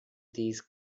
these